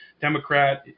Democrat